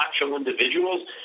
individuals